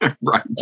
Right